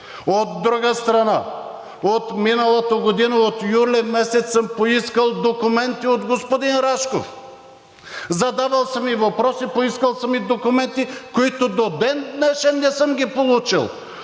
От друга страна, от миналата година от месец юли съм поискал документи от господин Рашков, задавал съм и въпроси, поискал съм и документи, които до ден днешен не съм ги получил.